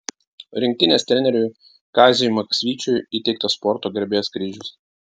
rinktinės treneriui kaziui maksvyčiui įteiktas sporto garbės kryžius